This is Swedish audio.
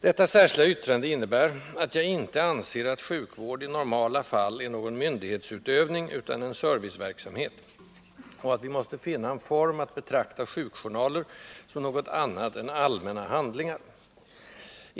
Detta särskilda yttrande innebär att jag inte anser att sjukvård i normala fall är någon myndighetsutövning utan en serviceverksamhet och att vi måste finna en form att betrakta sjukjournaler som något annat än ”allmänna handlingar”.